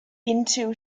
into